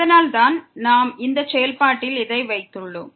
அதனால் தான் நாம் இந்த செயல்பாட்டில் இதை வைத்துள்ளோம்